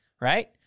right